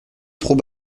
trop